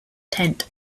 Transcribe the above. tent